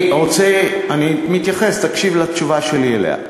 אני מתייחס, תקשיב לתשובה שלי אליה.